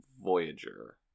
Voyager